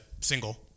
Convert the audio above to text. single